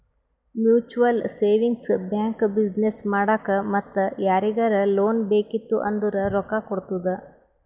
mutual savings bank business ಮಾಡಾಕ್ ಮತ್ತ ಯಾರಿಗರೇ ಲೋನ್ ಬೇಕಿತ್ತು ಅಂದುರ್ ರೊಕ್ಕಾ ಕೊಡ್ತುದ್